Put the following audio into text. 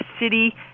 city